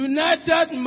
United